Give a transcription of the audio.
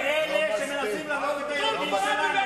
זה 1,000 שמנסים להרוג את הילדים שלנו.